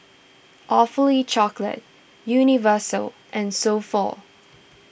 Awfully Chocolate Universal and So Pho